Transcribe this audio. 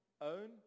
own